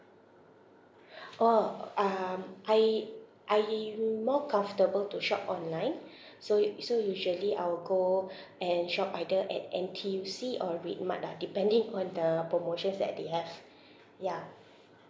orh um I I'm more comfortable to shop online so u~ so usually I will go and shop either at N_T_U_C or redmart ah depending on the promotions that they have yeah